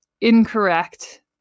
incorrect